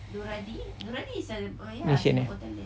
nasyid eh